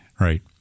Right